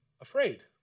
afraid